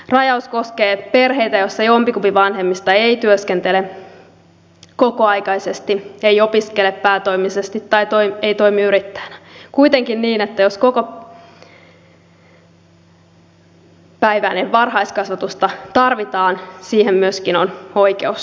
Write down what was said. rajaus koskee perheitä joissa jompikumpi vanhemmista ei työskentele kokoaikaisesti ei opiskele päätoimisesti tai ei toimi yrittäjänä kuitenkin niin että jos kokopäiväistä varhaiskasvatusta tarvitaan siihen myöskin on oikeus